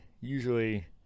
usually